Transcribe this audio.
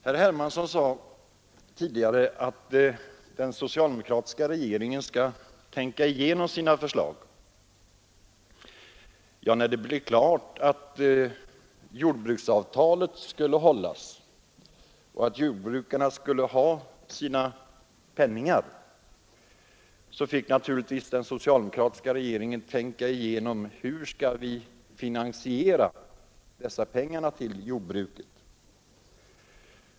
Herr Hermansson sade tidigare att den socialdemokratiska regeringen skall tänka igenom sina förslag. Ja, när det blev klart att vi måste uppfylla förpliktelserna i jordbruksavtalet och jordbrukarna måste få sina pengar, så fick naturligtvis den socialdemokratiska regeringen tänka igenom hur man skulle få in dessa pengar till jordbruket.